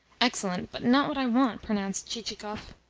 excellent, but not what i want, pronounced chichikov.